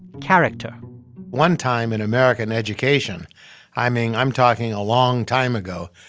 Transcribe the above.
character one time in american education i mean, i'm talking a long time ago,